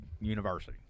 University